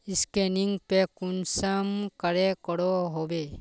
Scanning पे कुंसम करे करो होबे?